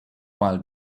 while